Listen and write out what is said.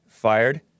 fired